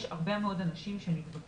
יש הרבה מאוד אנשים שנדבקים,